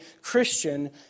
Christian